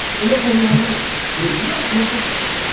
and that's what we are now relentless assault.